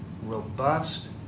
robust